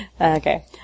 Okay